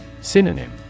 Synonym